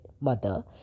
mother